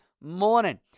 morning